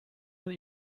that